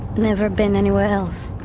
never been anywhere else.